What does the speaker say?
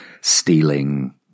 stealing